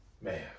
Man